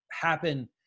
happen